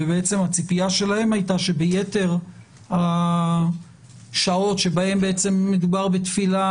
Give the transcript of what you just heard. והציפייה שלהם הייתה שביתר השעות שבהם מדובר בתפילה